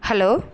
hello